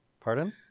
Pardon